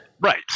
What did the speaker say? Right